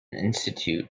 institution